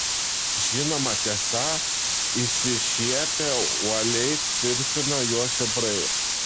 žinoma tiesa išsišiepę uoliai tvirtino jo sėbrai